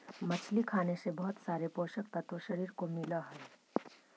मछली खाने से बहुत सारे पोषक तत्व शरीर को मिलअ हई